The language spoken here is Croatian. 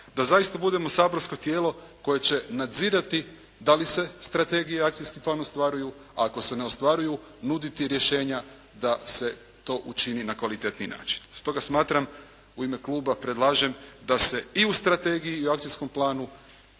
da zaista budemo saborsko tijelo koje će nadzirati da li se strategija i akcijski plan ostvaruju, a ako se ne ostvaruju nuditi rješenja da se to učini na kvalitetniji način. Stoga smatram u ime kluba predlažem da se i u strategiji i u akcijskom planu